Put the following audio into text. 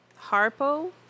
Harpo